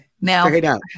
now